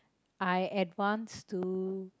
I advance to